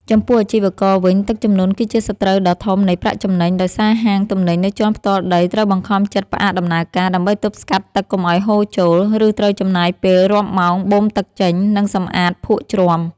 ចំពោះអាជីវករវិញ ទឹកជំនន់គឺជាសត្រូវដ៏ធំនៃប្រាក់ចំណេញ ដោយសារហាងទំនិញនៅជាន់ផ្ទាល់ដីត្រូវបង្ខំចិត្តផ្អាកដំណើរការ ដើម្បីទប់ស្កាត់ទឹកកុំឱ្យហូរចូល ឬត្រូវចំណាយពេលរាប់ម៉ោងបូមទឹកចេញ និងសម្អាតភក់ជ្រាំ។